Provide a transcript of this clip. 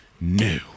new